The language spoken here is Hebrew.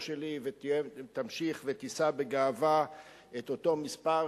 שלי ותמשיך ותישא בגאווה את אותו מספר,